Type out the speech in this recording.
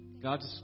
God